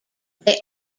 they